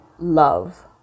love